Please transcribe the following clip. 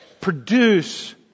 produce